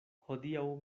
hodiaŭ